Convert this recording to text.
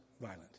violent